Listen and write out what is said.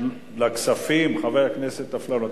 לכספים, חבר הכנסת אפללו.